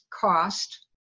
cost